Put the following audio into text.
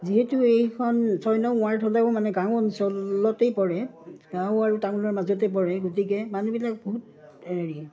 যিহেতু এইখন ছয় নং ৱাৰ্ড হ'লেও মানে গাঁও অঞ্চলতেই পৰে গাঁও আৰু টাউনৰ মাজতে পৰে গতিকে মানুহবিলাক বহুত হেৰি